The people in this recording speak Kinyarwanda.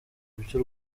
iby’u